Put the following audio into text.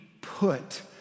put